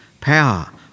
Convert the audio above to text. power